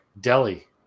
Delhi